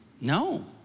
no